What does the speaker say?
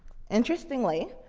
interestingly,